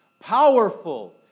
Powerful